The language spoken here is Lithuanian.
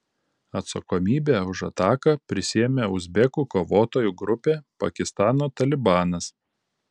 atsakomybę už ataką prisiėmė uzbekų kovotojų grupė pakistano talibanas